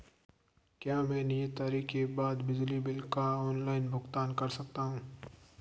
क्या मैं नियत तारीख के बाद बिजली बिल का ऑनलाइन भुगतान कर सकता हूं?